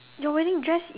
your wedding dress